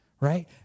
right